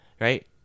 right